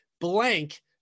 blank